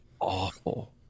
awful